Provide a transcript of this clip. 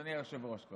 אדוני היושב-ראש,